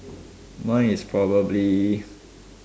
mine is probably